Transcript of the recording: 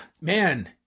man